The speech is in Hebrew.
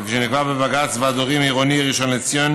כפי שנקבע בבג"ץ ועד הורים עירוני ראשון לציון